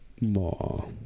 More